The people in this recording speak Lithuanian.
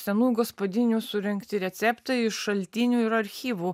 senų gaspadinių surengti receptai iš šaltinių ir archyvų